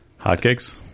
Hotcakes